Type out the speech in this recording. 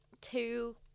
two